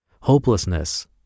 hopelessness